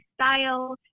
style